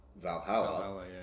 Valhalla